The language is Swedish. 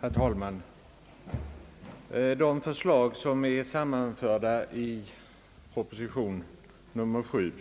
Herr talman! De förslag som är sammanförda i proposition nr 7